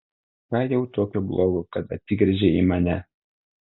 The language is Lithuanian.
ką jau tokio blogo kad atsigręžei į mane